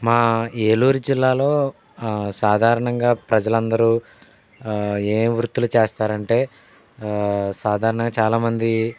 మా ఏలూరు జిల్లాలో సాధారణంగా ప్రజలందరూ ఏయే వృత్తులు చేస్తారంటే సాధారణంగా చాలామంది